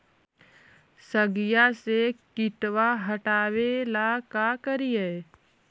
सगिया से किटवा हाटाबेला का कारिये?